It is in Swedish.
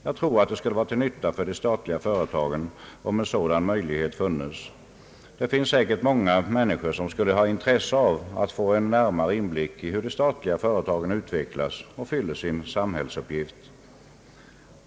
Jag tror att det skulle vara till nytta för de statliga företagen om en sådan möjlighet existerade. Det finns säkert många människor som skulle ha intresse av att få en närmare inblick i hur de statliga företagen utvecklas och fyller sin samhällsuppgift.